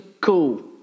cool